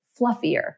fluffier